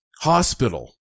hospital